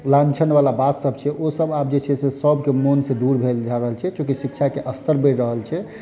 लाञ्छनवला बातसभ छै ओसभ आब जे छै से सभके मोनसँ दूर भेल जा रहल छै चूँकि शिक्षाके स्तर बढ़ि रहल छै